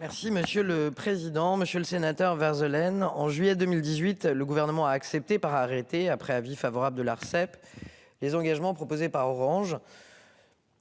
Merci monsieur le président, Monsieur le Sénateur Vert Eulen en juillet 2018, le gouvernement a accepté par arrêté après avis favorable de l'Arcep. Les engagements proposés par Orange.